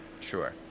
Sure